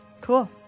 Cool